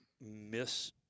miss